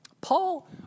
Paul